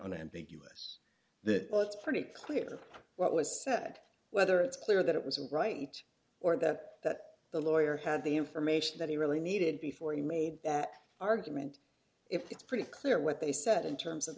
unambiguous that it's pretty clear what was said whether it's clear that it was a right or that that the lawyer had the information that he really needed before he made that argument if it's pretty clear what they said in terms of